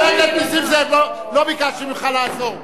חבר הכנסת נסים זאב, לא ביקשתי ממך לעזור.